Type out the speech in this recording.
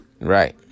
Right